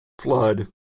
flood